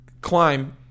climb